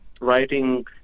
writing